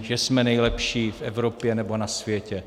Že jsme nejlepší v Evropě nebo na světě?